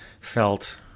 felt